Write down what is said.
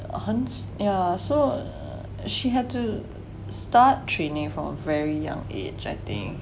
很 yeah so she had to start training from a very young age I think